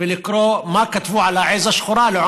לקרוא מה כתבו על העז